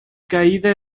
caída